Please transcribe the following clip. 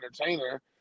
entertainer